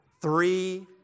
Three